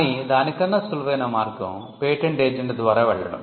కానీ దానికన్నా సులువైన మార్గం పేటెంట్ ఏజెంట్ ద్వారా వెళ్ళడం